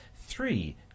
three